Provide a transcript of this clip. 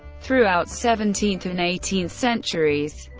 throughout seventeenth and eighteenth centuries,